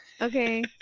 Okay